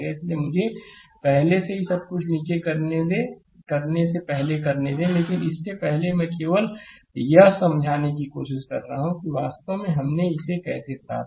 इसलिए मुझे पहले से ही सब कुछ नीचे करने से पहले करने दें लेकिन इससे पहले मैं केवल यह समझाने की कोशिश कर रहा हूं कि वास्तव में हमने इसे कैसे प्राप्त किया